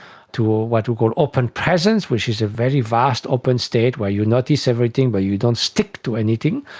to ah what we call open presence, which is a very vast open state where you notice everything but you don't stick to anything,